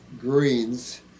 greens